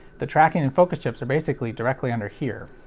the tracking and focus chips are basically directly under here.